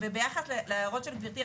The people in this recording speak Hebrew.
ביחס להערות של גברתי,